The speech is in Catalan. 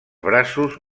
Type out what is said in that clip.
braços